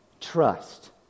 trust